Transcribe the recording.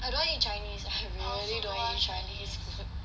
I don't want eat chinese I really don't want eat chinese